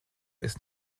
ist